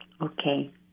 Okay